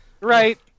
Right